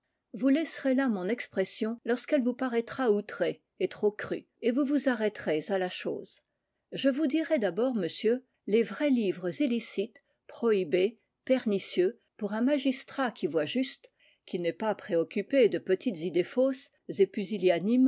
vous laisserez là mon expression lorsqu'elle vous paraîtra outrée et trop crue et vous vous arrêterez à la chose je vous dirai d'abord monsieur les vrais livres illicites prohibés pernicieux pour un magistrat qui voit juste qui n'est pas préoccupé de petites idées fausses